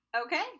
Okay